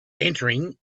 entering